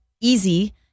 easy